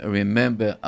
remember